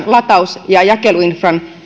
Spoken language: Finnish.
lataus ja jakeluinfran